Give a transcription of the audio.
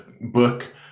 book